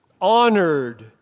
honored